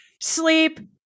sleep